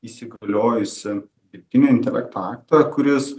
įsigaliojusį dirbtinio intelektą kuris